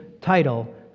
title